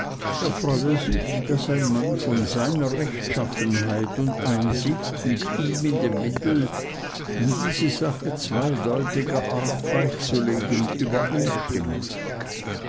er freue sich daß ein mann von seiner rechtschaffenheit und einsicht mit ihm in dem mittel diese sache zweideutiger art beizulegen übereinstimme